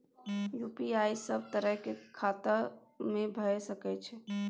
UPI सब तरह के खाता में भय सके छै?